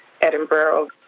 Edinburgh